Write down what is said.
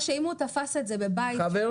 אם הוא תפס את זה בבית --- חברים,